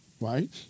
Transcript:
Right